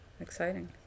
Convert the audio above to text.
Exciting